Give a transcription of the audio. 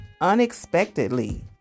unexpectedly